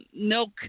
milk